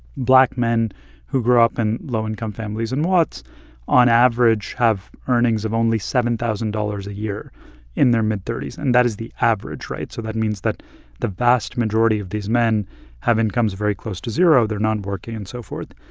black men who grow up in low-income families in watts on average have earnings of only seven thousand dollars a year in their mid thirty s. and that is the average, right? so that means that the vast majority of these men have incomes very close to zero. they're nonworking and so forth.